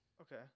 Okay